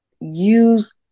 Use